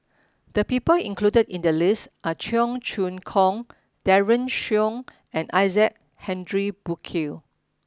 the people included in the list are Cheong Choong Kong Daren Shiau and Isaac Henry Burkill